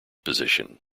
position